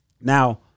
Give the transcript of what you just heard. Now